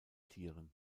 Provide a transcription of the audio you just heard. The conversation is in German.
tieren